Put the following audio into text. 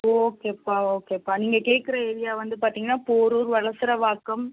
ஓகேப்பா ஓகேப்பா நீங்கள் கேட்கற ஏரியா வந்து பார்த்தீங்கனா போரூர் வளசரவாக்கம்